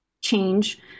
change